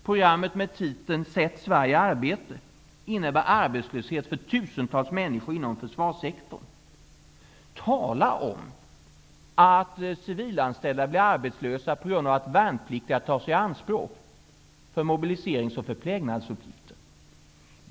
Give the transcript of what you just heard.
Programmet med titeln Sätt Sverige i arbete innebär arbetslöshet för tusentals människor inom försvarssektorn. Tala om att civilanställda blir arbetslösa på grund av att värnpliktiga tas i anspråk för mobiliserings och förplägnadsuppgifter!